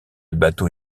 bateau